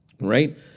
right